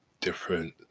different